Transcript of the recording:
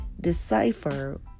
decipher